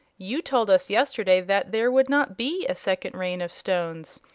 you told us yesterday that there would not be a second rain of stones.